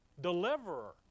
Deliverer